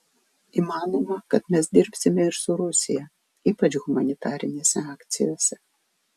įmanoma kad mes dirbsime ir su rusija ypač humanitarinėse akcijose